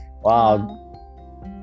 wow